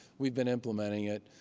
we've been implementing it.